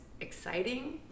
exciting